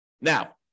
Now